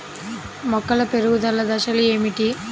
మొక్కల పెరుగుదల దశలు ఏమిటి?